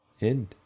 end